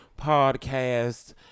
Podcast